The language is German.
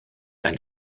einen